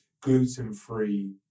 gluten-free